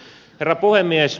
herra puhemies